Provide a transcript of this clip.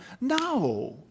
No